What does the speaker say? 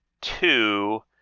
two